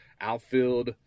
outfield